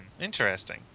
Interesting